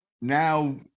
Now